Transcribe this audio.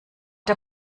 der